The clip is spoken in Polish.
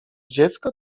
dziecko